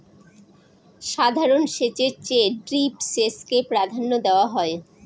সাধারণ সেচের চেয়ে ড্রিপ সেচকে প্রাধান্য দেওয়া হয়